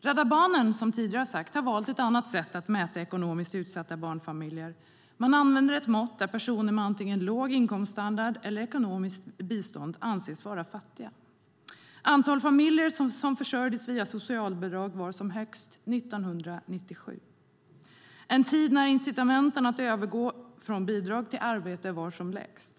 Rädda Barnen har valt ett annat sätt att mäta ekonomiskt utsatta barnfamiljer. Man använder ett mått där personer med antingen låg inkomststandard eller ekonomiskt bistånd anses vara fattiga. Antalet familjer som försörjdes via socialbidrag var som störst 1997. Det var en tid när incitamenten att övergå från bidrag till arbete var som lägst.